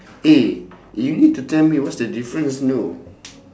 eh you need to tell me what is the difference know